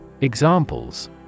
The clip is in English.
Examples